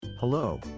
Hello